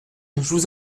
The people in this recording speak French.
vous